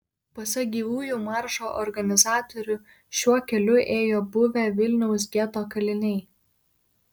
pasak gyvųjų maršo organizatorių šiuo keliu ėjo buvę vilniaus geto kaliniai